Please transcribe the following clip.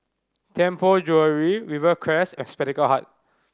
Tianpo Jewellery Rivercrest and Spectacle Hut